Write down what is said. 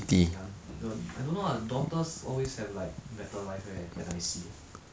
ya the I don't know lah daughters always have like better life eh when I see